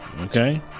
okay